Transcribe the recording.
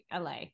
LA